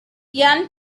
yun